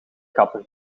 kapper